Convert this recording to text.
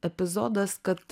epizodas kad